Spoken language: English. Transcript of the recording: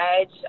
edge